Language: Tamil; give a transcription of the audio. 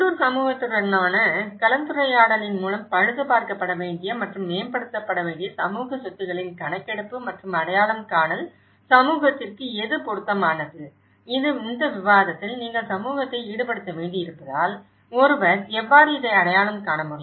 உள்ளூர் சமூகத்துடனான கலந்துரையாடலின் மூலம் பழுதுபார்க்கப்பட வேண்டிய மற்றும் மேம்படுத்தப்பட வேண்டிய சமூக சொத்துக்களின் கணக்கெடுப்பு மற்றும் அடையாளம் காணல் சமூகத்திற்கு எது பொருத்தமானது இந்த விவாதத்தில் நீங்கள் சமூகத்தை ஈடுபடுத்த வேண்டியிருப்பதால் ஒருவர் எவ்வாறு இதை அடையாளம் காண முடியும்